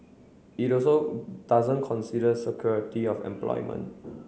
it also doesn't consider security of employment